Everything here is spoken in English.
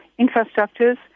infrastructures